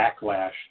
backlash